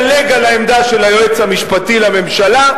העמדה של היועץ המשפטי לממשלה,